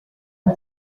men